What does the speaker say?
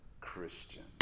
Christian